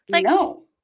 No